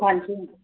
ਹਾਂਜੀ